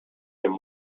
him